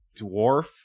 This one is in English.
dwarf